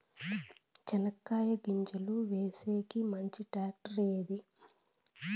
చెనక్కాయ గింజలు వేసేకి మంచి టాక్టర్ ఏది?